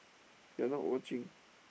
you are not watching